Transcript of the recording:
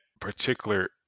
particular